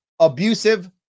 abusive